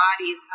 bodies